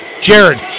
Jared